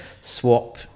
swap